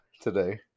today